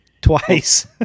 twice